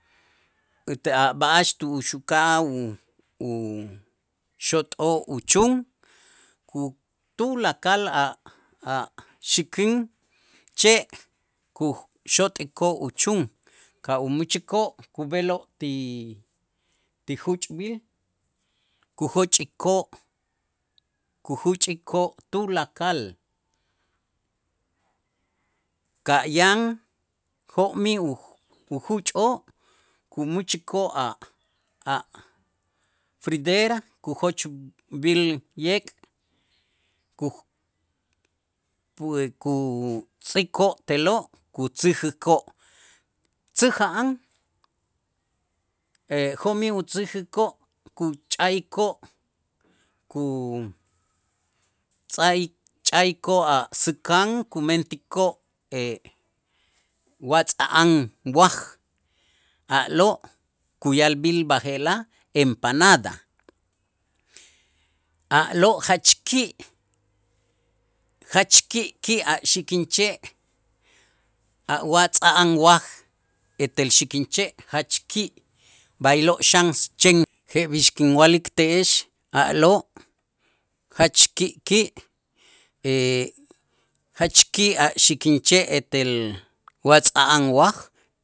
uta' a' b'a'ax tu'ux uka'aj u- uxot'o' uchun ku tulakal a' a' xikin che' kuxot'ikoo' uchun ka' umächikoo' kub'eloo' ti juch'b'il kujochikoo' kujuch'ikoo' tulakal, ka' yan jo'mij ujuch'oo' kumächikoo' a'-a' fridera kujochb'il yek', ku pue kutz'ikoo' te'lo' kutzäjikoo' tzäja'an jo'mij utzäjikoo' kuch'a'ikoo' kutza'i- kuch'a'ikoo' a' säkan kumentikoo' watz'a'an waj a'lo' kuya'b'il b'aje'laj empanada, a'lo' jach ki' jach ki' ki' a' xikinche' a' watz'a'an waj etel xikinche' jach ki', b'aylo' xan chen jeb'ix kinwa'lik te'ex a'lo' jach ki' ki' jach ki' a' xikinche' etel watz'a'an waj.